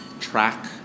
track